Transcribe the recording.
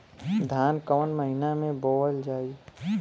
धान कवन महिना में बोवल जाई?